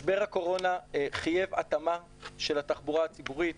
משבר הקורונה חייב התאמה של התחבורה הציבורית,